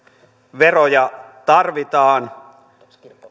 veroja tarvitaan